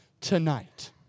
tonight